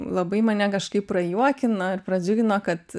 labai mane kažkaip prajuokino ir pradžiugino kad